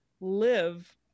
live